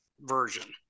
version